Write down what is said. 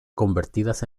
convertidas